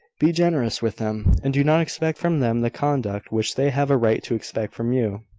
be generous with them and do not expect from them the conduct which they have a right to expect from you.